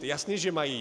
Jasně že mají.